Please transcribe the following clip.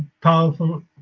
powerful